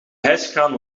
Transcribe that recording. hijskraan